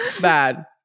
Bad